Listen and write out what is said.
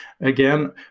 again